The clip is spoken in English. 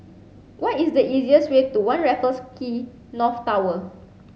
what is the easiest way to One Raffles Quay North Tower